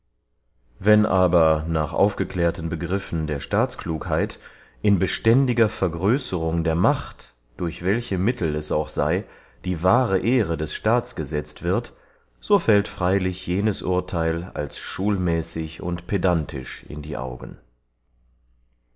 wenn aber nach aufgeklärten begriffen der staatsklugheit in beständiger vergrößerung der macht durch welche mittel es auch sey die wahre ehre des staats gesetzt wird so fällt freylich jenes urtheil als schulmäßig und pedantisch in die augen